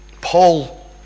Paul